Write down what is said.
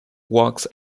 walks